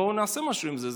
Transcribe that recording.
בואו נעשה משהו עם זה.